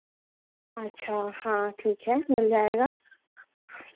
अच्छा हाँ ठीक है मिल जाएगा